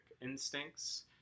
instincts